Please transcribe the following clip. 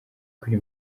kuri